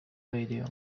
radio